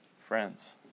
Friends